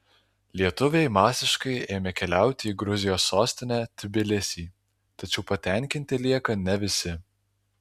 lietuviai masiškai ėmė keliauti į gruzijos sostinę tbilisį tačiau patenkinti lieka ne visi